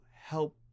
help